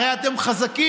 הרי אתם חזקים,